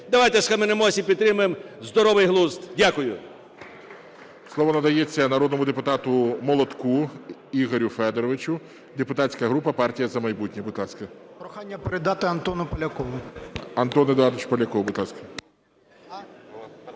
Давайте схаменемося і підтримаємо здоровий глузд. Дякую.